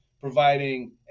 providing